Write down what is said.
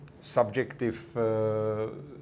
subjective